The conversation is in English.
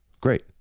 Great